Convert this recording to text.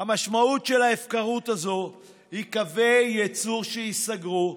המשמעות של ההפקרות הזאת היא קווי ייצור שייסגרו,